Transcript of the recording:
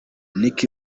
nick